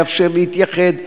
לאפשר להתייחד,